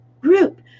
group